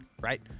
Right